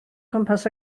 gwmpas